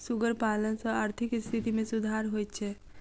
सुगर पालन सॅ आर्थिक स्थिति मे सुधार होइत छै